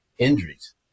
Injuries